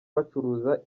bacuruza